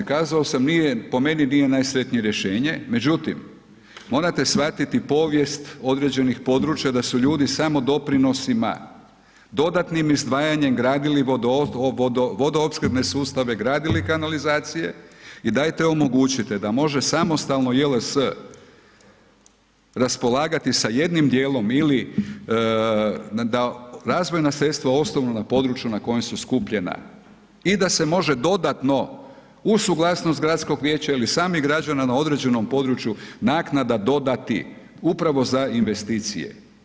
Kazao sam nije, po meni nije najsretnije rješenje, međutim morate shvatiti povijest određenih područja da su ljudi samodoprinosima, dodatnim izdvajanjem gradili vodoopskrbne sustave, gradili kanalizacije, i dajte omogućite da može samostalno JLS raspolagati sa jednim dijelom ili da razvojna sredstva ostanu na području na kojem su skupljena, i da se može dodatno uz suglasnost gradskog vijeća ili samih građana na određenom području naknada dodati upravo za investicije.